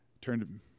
turned